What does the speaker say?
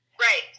Right